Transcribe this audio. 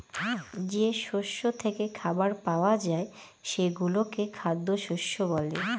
যে শস্য থেকে খাবার পাওয়া যায় সেগুলোকে খ্যাদ্যশস্য বলে